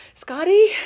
Scotty